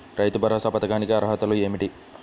రైతు భరోసా పథకానికి అర్హతలు ఏమిటీ?